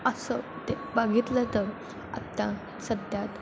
असं ते बघितलं तर आत्ता सध्या